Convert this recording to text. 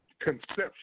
conception